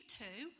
two